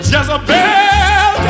Jezebel